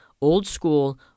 old-school